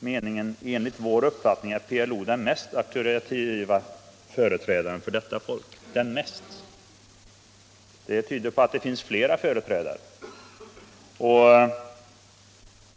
meningen ”Enligt vår uppfattning är PLO den mest auktoritativa företrädaren för detta folk.” Uttrycket ”den mest” tyder på att det finns flera företrädare.